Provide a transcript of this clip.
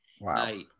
Wow